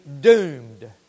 doomed